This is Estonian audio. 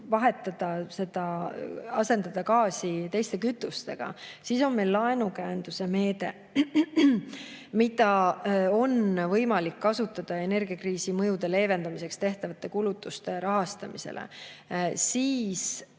võimaluse asendada gaasi teiste kütustega. Siis on laenukäenduse meede, mida on võimalik kasutada energiakriisi mõjude leevendamiseks tehtavate kulutuste rahastamisel, ja